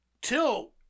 till